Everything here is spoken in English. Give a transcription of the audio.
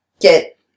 get